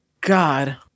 God